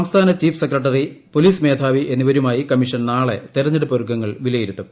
സംസ്ഥാന chief secretary police മേധാവി എന്നിവരുമായി കമ്മീഷൻ നാളെ തെരഞ്ഞെടുപ്പ് ഒരുക്കങ്ങൾ വിലയിരുത്തും